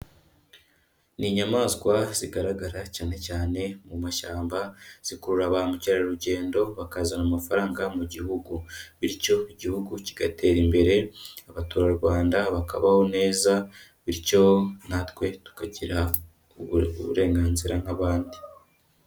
Ni inyamaswa zigaragara cyane cyane mu mashyamba zikurura bamukerarugendo bakazana amafaranga mu gihugu. Bityo Igihugu kigatera imbere, Abaturarwanda bakabaho neza, bityo natwe tukagira uburenganzira nk'abandi.